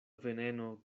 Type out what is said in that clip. veneno